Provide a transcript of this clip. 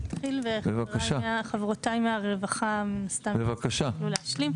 אני אתחיל וחברותיי מהרווחה מן הסתם יוכלו להשלים.